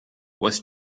was